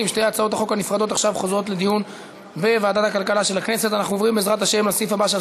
אנחנו עוברים להצבעה על בקשתה של ועדת הכלכלה בדבר פיצול הצעת